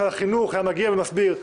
משרד החינוך היה מגיע ומסביר,